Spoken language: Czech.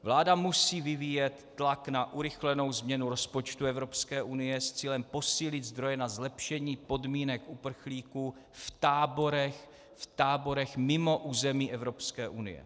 Vláda musí vyvíjet tlak na urychlenou změnu rozpočtu Evropské unie s cílem posílit zdroje na zlepšení podmínek uprchlíků v táborech mimo území Evropské unie.